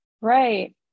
Right